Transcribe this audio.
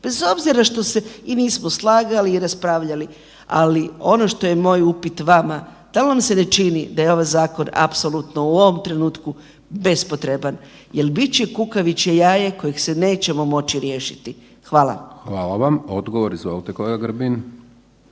bez obzira što se i nismo slagali i raspravljali, ali ono što je moj upit vama, dal vam se ne čini da je ovaj zakon apsolutno u ovom trenutku bespotreban, jel bit će kukavičje jaje kojeg se nećemo moći riješiti. Hvala. **Hajdaš Dončić, Siniša